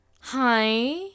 Hi